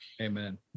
Amen